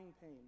pain